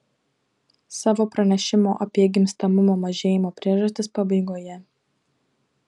savo pranešimo apie gimstamumo mažėjimo priežastis pabaigoje